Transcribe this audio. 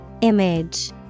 Image